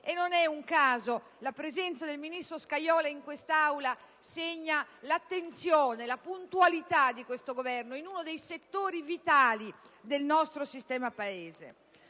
E non è un caso la presenza del ministro Scajola in Aula, che segna l'attenzione e la puntualità di questo Governo verso uno dei settori vitali del nostro sistema Paese.